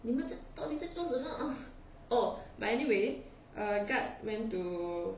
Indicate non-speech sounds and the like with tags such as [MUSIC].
你们到底是在做什么 [BREATH] oh but anyway uh guard went to